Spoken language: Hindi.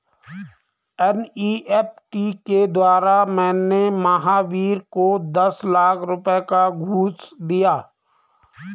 एन.ई.एफ़.टी के द्वारा मैंने महावीर को दस लाख रुपए का घूंस दिया